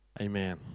amen